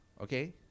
Okay